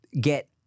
get—